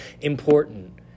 important